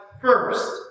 first